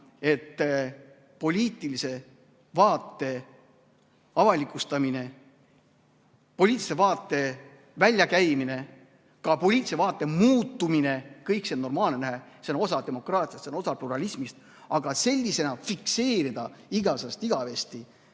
et poliitilise vaate avalikustamine, poliitilise vaate väljakäimine, ka poliitilise vaate muutumine – kõik see on normaalne, see on osa demokraatiast, see on osa pluralismist. Aga sellisena fikseerida igavesest ajast